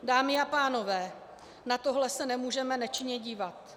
Dámy a pánové, na tohle se nemůžeme nečinně dívat.